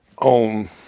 On